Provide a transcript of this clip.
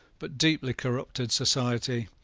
but deeply corrupted society,